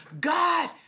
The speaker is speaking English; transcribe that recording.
God